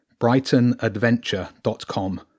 brightonadventure.com